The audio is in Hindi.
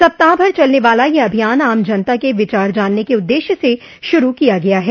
सप्ताह भर चलने वाला यह अभियान आम जनता के विचार जानने के उद्देश्य से शुरू किया गया है